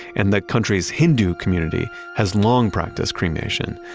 and the country's hindu community has long practiced cremation,